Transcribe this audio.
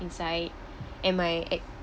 inside and my ac~